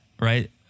right